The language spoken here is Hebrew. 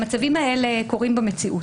המצבים האלה קורים במציאות.